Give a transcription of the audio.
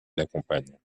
l’accompagne